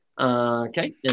Okay